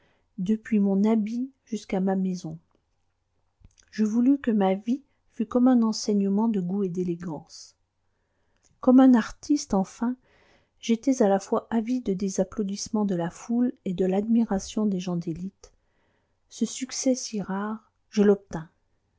depuis mon habit jusqu'à ma maison je voulus que ma vie fût comme un enseignement de goût et d'élégance comme un artiste enfin j'étais à la fois avide des applaudissements de la foule et de l'admiration des gens d'élite ce succès si rare je l'obtins